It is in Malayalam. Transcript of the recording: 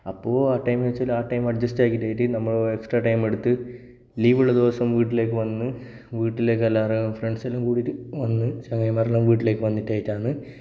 അപ്പോൾ ആ ടൈമിലെന്ന് വച്ചാൽ ആ ടൈം അഡ്ജസ്റ്റ് ആക്കിയിട്ട് നമ്മൾ എക്സ്ട്രാ ടൈം എടുത്ത് ലീവുള്ള ദിവസം വീട്ടിലേക്ക് വന്ന് വീട്ടിലേക്ക് എല്ലാവരെയും ഫ്രണ്ട്സ് എല്ലാം കൂടിയിട്ട് വന്ന് ചങ്ങാതിമാരെല്ലാം വീട്ടിലേക്ക് വന്നിട്ട് ആയിട്ടാണ്